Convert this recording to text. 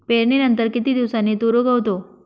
पेरणीनंतर किती दिवसांनी तूर उगवतो?